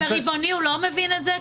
וברבעוני הוא לא מבין את זה?